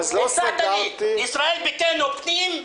הצעת לי שישראל ביתנו פנים,